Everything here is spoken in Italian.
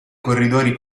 corridori